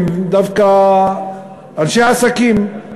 הם דווקא אנשי עסקים.